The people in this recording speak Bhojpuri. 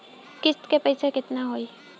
किस्त के पईसा केतना होई?